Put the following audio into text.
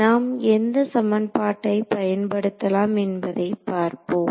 நாம் எந்த சமன்பாட்டை பயன்படுத்தலாம் என்பதை பார்ப்போம்